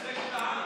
אחרי שעה?